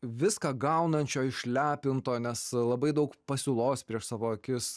viską gaunančio išlepinto nes labai daug pasiūlos prieš savo akis